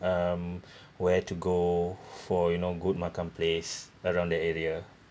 um where to go for you know good makan place around that area